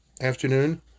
afternoon